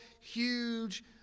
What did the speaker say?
huge